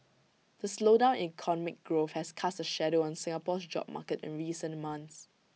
the slowdown in economic growth has cast A shadow on Singapore's job market in recent months